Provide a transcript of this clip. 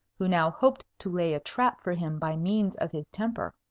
who now hoped to lay a trap for him by means of his temper.